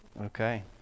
Okay